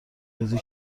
ریزی